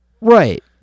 Right